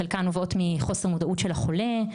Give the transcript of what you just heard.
חלקן נובעות מחוסר מודעות של החולה,